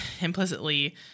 implicitly